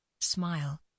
Smile